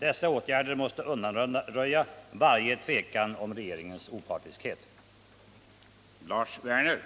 Dessa åtgärder måste undanröja varje tvekan om regeringens opartiskhet.